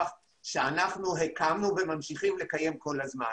שאנחנו הקמנו וממשיכים לקיים כל הזמן.